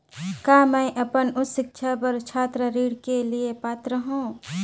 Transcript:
का मैं अपन उच्च शिक्षा बर छात्र ऋण के लिए पात्र हंव?